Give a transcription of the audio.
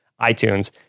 iTunes